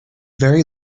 very